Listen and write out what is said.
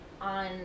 on